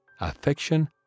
affection